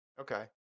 Okay